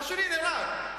והשני נהרג,